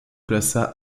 plaça